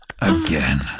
again